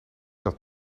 dat